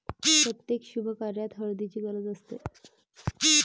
प्रत्येक शुभकार्यात हळदीची गरज असते